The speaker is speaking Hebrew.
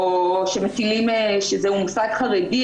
או שזה מוסד חרדי